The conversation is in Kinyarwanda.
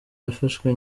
yafashwe